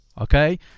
okay